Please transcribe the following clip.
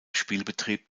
spielbetrieb